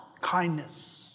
kindness